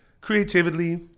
creatively –